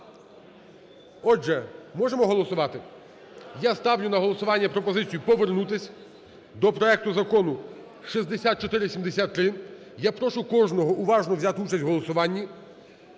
Отже, можемо голосувати? Я ставлю на голосування пропозицію повернутись до проекту Закону 6473. Я прошу кожного уважно взяти участь в голосуванні.